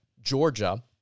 Georgia